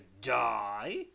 die